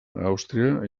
àustria